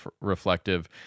reflective